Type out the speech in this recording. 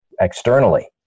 externally